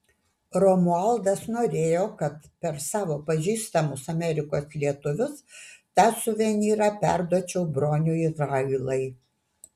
romualdas norėjo kad per savo pažįstamus amerikos lietuvius tą suvenyrą perduočiau broniui railai